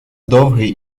довгий